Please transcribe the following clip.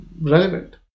relevant